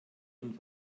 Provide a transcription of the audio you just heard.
und